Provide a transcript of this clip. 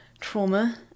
trauma